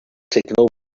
signal